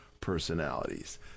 personalities